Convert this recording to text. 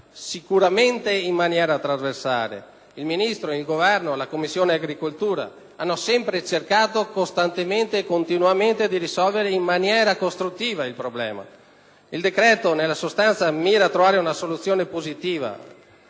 sicuramente in maniera trasversale: il Ministro, il Governo e la Commissione agricoltura hanno sempre cercato costantemente e continuamente di risolvere in maniera costruttiva il problema. Il decreto, nella sostanza, mira a trovare una soluzione positiva,